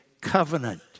covenant